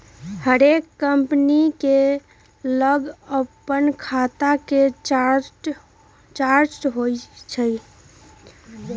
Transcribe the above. हरेक कंपनी के लग अप्पन खता के चार्ट होइ छइ